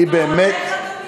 אני באמת, הוא כבר הולך, אדוני?